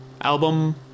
album